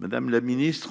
Wargon.